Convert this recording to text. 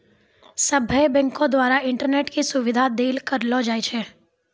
सभ्भे बैंको द्वारा इंटरनेट के सुविधा देल करलो जाय छै